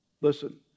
Listen